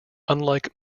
unlike